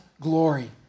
glory